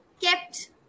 kept